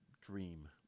dream